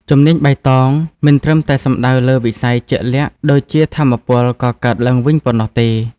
ជំនាញបៃតងមិនត្រឹមតែសំដៅលើវិស័យជាក់លាក់ដូចជាថាមពលកកើតឡើងវិញប៉ុណ្ណោះទេ។